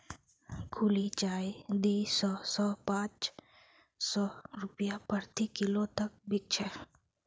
खुली चाय दी सौ स पाँच सौ रूपया प्रति किलो तक बिक छेक